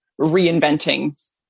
reinventing